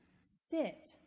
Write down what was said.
sit